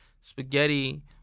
spaghetti